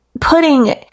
Putting